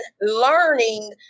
learning